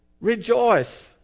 rejoice